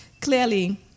Clearly